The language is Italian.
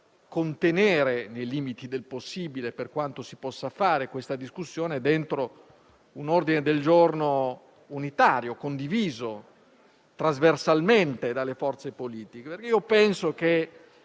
contenere, nei limiti del possibile e per quanto si possa fare, questa discussione dentro un ordine del giorno unitario, condiviso trasversalmente dalle forze politiche.